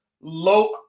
low